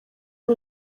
ari